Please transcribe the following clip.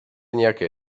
nějaké